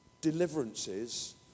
deliverances